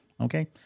okay